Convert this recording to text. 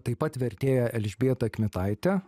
taip pat vertėja elžbieta kmitaitė